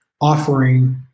Offering